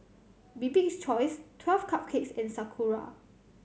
Bibik's Choice Twelve Cupcakes and Sakura